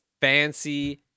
fancy